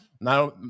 now